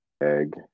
egg